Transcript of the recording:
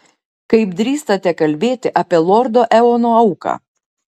kaip drįstate kalbėti apie lordo eono auką